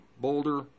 Boulder